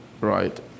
right